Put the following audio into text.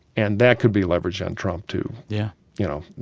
and that could be leveraged on trump, too yeah you know,